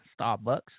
Starbucks